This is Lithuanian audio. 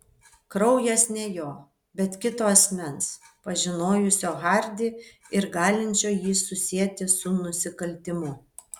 kraujas ne jo bet kito asmens pažinojusio hardį ir galinčio jį susieti su nusikaltimu